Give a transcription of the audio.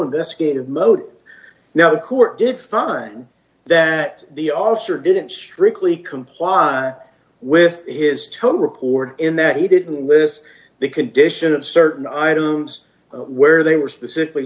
investigative mode no court did find that the officer didn't strictly comply with his total record in that he didn't list the condition of certain items where they were specifically